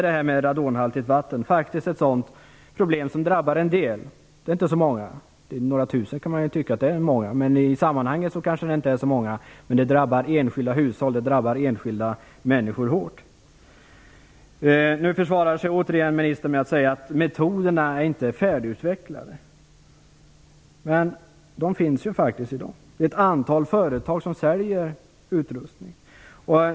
Det här med radonhaltigt vatten är ett sådant problem som drabbar en del - man kan ju tycka att några tusen inte är så många och i det stora hela är det kanske inte det - men det drabbar enskilda hushåll och enskilda människor hårt. Nu försvarar sig ministern återigen med att säga att metoderna inte är färdigutvecklade. Men de finns ju faktiskt i dag. Det finns ett antal företag som säljer utrustning.